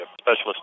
Specialist